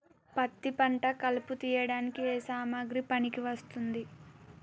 పత్తి పంట కలుపు తీయడానికి ఏ సామాగ్రి పనికి వస్తుంది?